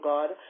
God